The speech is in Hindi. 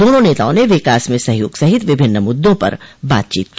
दोनों नेताओं ने विकास में सहयोग सहित विभिन्न मुद्दों पर बातचीत की